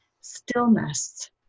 stillness